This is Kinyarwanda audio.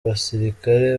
basirikare